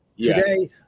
Today